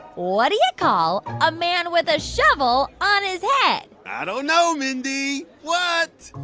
what do you call a man with a shovel on his head? i don't know, mindy. what?